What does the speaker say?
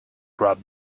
grub